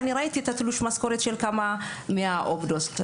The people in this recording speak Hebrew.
וראיתי תלושי משכורות של כמה עובדות מהתחום,